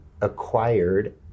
acquired